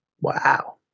Wow